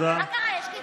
יותר מ-15 שנה.